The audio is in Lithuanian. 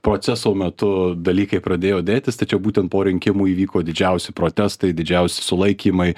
proceso metu dalykai pradėjo dėtis tačiau būtent po rinkimų įvyko didžiausi protestai didžiausi sulaikymai